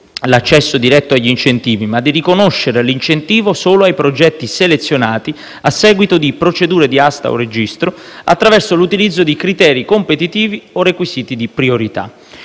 l'accesso diretto agli incentivi, ma di riconoscere l'incentivo solo ai progetti selezionati a seguito di procedure di asta o registro, attraverso l'utilizzo di criteri competitivi o requisiti di priorità.